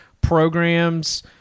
programs